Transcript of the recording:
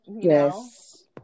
Yes